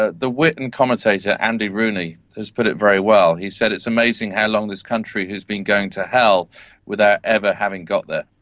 ah the wit and commentator andy rooney has put it very well, he said it's amazing how long this country has been going to hell without ever having got there.